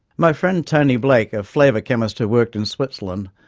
my friend tony blake, a flavour chemist who worked in switzerland,